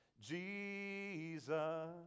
Jesus